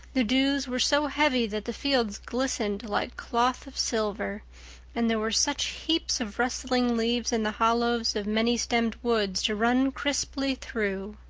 the dews were so heavy that the fields glistened like cloth of silver and there were such heaps of rustling leaves in the hollows of many-stemmed woods to run crisply through.